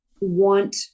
want